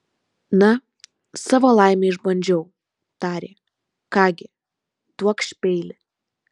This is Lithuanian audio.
na savo laimę išbandžiau tarė ką gi duokš peilį